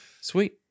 Sweet